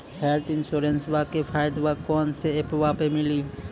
Health इंश्योरेंसबा के फायदावा कौन से ऐपवा पे मिली?